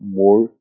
more